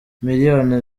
miliyoni